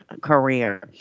career